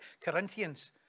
Corinthians